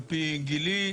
על פי גילי,